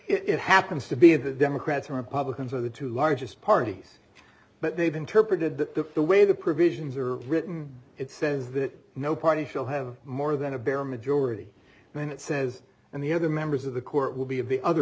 it happens to be the democrats and republicans are the two largest parties but they've interpreted that the the way the provisions are written it says that no party shall have more than a bare majority when it says and the other members of the court will be of the other